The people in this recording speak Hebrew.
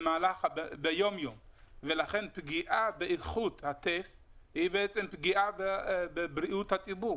ביום- יום ולכן פגיעה באיכות הטף היא בעצם פגיעה בבריאות הציבור.